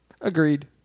Agreed